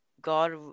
God